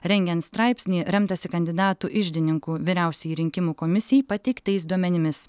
rengiant straipsnį remtasi kandidatų iždininku vyriausiajai rinkimų komisijai pateiktais duomenimis